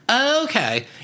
Okay